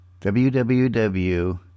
www